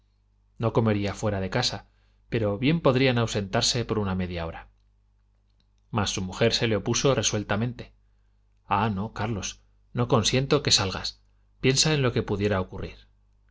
no comería fuera de casa pero bien podrían ausentarse por una media hora mas su mujer se le opuso resueltamente ah no carlos no consiento que salgas piensa en lo que pudiera ocurrir